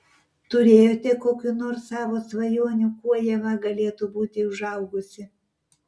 turėjote kokių nors savo svajonių kuo ieva galėtų būti užaugusi